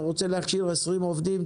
אתה רוצה להכשיר 20 עובדים,